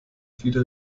viele